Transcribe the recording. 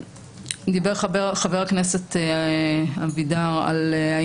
דיבר חבר הכנסת אבידר על הסמכות הזאת,